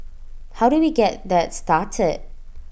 how do we get that started